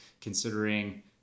considering